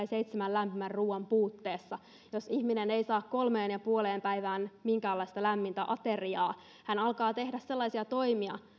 seitsemän lämpimän ruoan puutteessa jos ihminen ei saa kolmeen ja puoleen päivään minkäänlaista lämmintä ateriaa hän alkaa tehdä sellaisia toimia